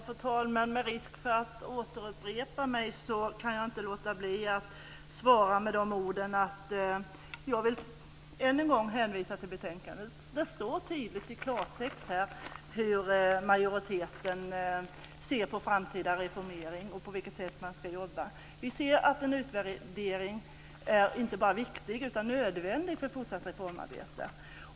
Fru talman! Trots risken för återupprepning kan jag inte låta bli att svara att jag ännu en gång hänvisar till betänkandet. Där står det i klartext hur majoriteten ser på en framtida reformering och på hur man ska jobba. Vi menar att en utvärdering är inte bara viktig utan också nödvändig för ett fortsatt reformarbete.